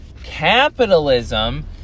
Capitalism